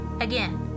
Again